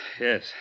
Yes